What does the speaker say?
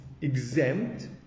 exempt